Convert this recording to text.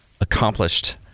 Accomplished